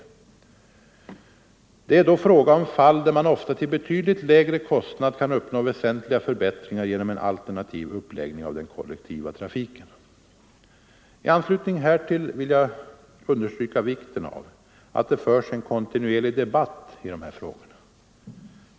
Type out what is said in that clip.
Det är då fråga om fall där man ofta till betydligt lägre kostnad kan uppnå väsentliga förbättringar genom en alternativ uppläggning av den kollektiva trafiken. I anslutning härtill vill jag understryka vikten av att det förs en kontinuerlig debatt i de här frågorna.